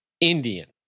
Indian